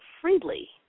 freely